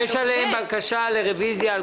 בקשה לרוויזיה.